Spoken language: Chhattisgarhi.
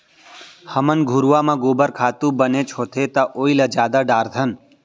हमन घुरूवा म गोबर खातू बनेच होथे त ओइला जादा डारथन